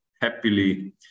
happily